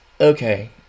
okay